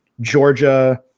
Georgia